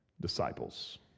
disciples